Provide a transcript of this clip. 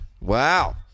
Wow